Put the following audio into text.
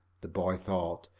the boy thought.